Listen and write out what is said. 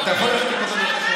אתה יכול להשתיק אותו?